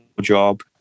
job